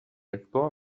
actor